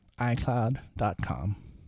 icloud.com